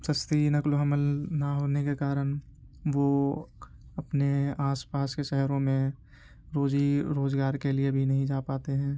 سستی نقل و حمل نہ ہونے کے کارن وہ اپنے آس پاس کے شہروں میں روزی روزگار کے لیے بھی نہیں جا پاتے ہیں